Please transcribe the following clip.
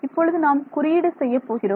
இப்பொழுது நாம் ஒரு குறியீடு செய்யப்போகிறோம்